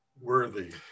worthy